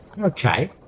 okay